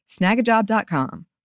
Snagajob.com